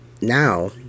now